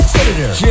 Senator